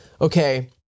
okay